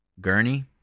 Gurney